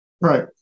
Right